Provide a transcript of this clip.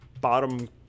bottom